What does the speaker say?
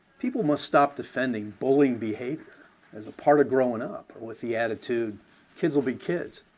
people must stop defending bullying behavior as a part of growing up with the attitude kids will be kids.